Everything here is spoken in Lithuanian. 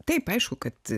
taip aišku kad